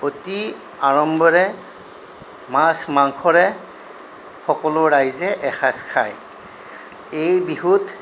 অতি আড়ম্বৰে মাছ মাংসৰে সকলো ৰাইজে এসাজ খায় এই বিহুত